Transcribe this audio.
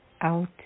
Out